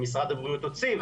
שמשרד הבריאות הוציא,